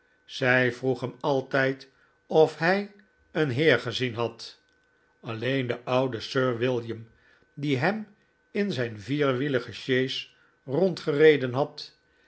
zij vroeg hem altijd of hij een heer gezien had alleen de oude sir william die hem in een vierwielige sjees rondgereden had